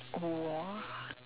what